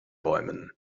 bäumen